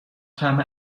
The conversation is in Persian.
طعم